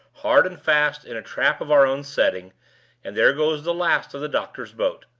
hard and fast in a trap of our own setting and there goes the last of the doctor's boat!